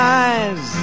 eyes